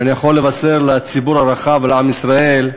ואני יכול לבשר לציבור הרחב ולעם ישראל,